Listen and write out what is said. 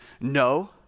no